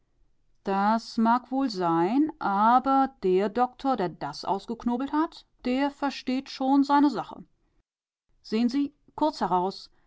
das mag wohl sein aber der doktor der das ausgeknobelt hat der versteht schon seine sache sehn sie kurz heraus